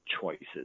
choices